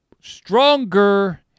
stronger